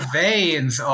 veins